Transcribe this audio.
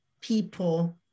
people